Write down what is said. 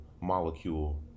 molecule